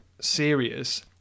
serious